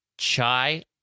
Chai